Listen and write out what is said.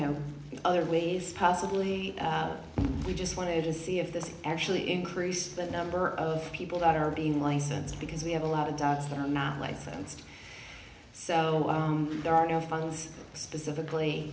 know other ways possibly we just wanted to see if this actually increase the number of people that are being licensed because we have a lot of dots that are not licensed so there are no funds specifically